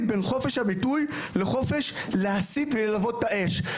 בין חופש הביטוי לחופש להסית וללבות את האש.